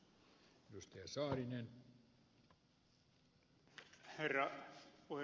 arvoisa herra puhemies